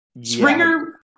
Springer